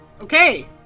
okay